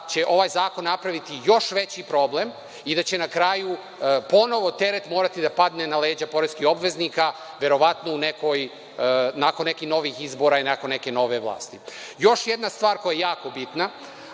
će ovaj zakon napraviti još veći problem i da će na kraju ponovo teret morati da padne na leđa poreskih obveznika, verovatno nakon nekih izbora i nakon neke nove vlasti. Još jedna stvar koja je jako bitna,